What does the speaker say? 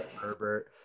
Herbert